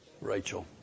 Rachel